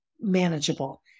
manageable